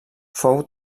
fou